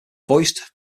voiced